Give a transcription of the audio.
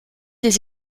des